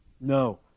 No